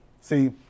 see